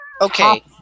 Okay